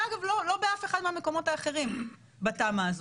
ואגב לא באף אחד מהמקומות האחרים בתמ"א הזאת.